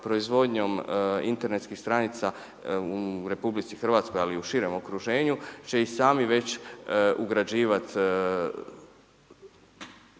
proizvodnjom internetskih stranice u RH, ali i u širem okruženju, će i sami već ugrađivati